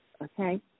Okay